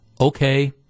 okay